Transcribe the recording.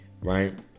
right